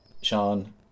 Sean